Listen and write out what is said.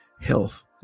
Health